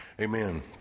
Amen